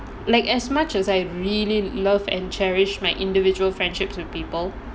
like as much as I really love and cherish my individual friendships with people